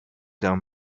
down